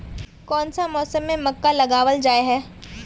कोन सा मौसम में मक्का लगावल जाय है?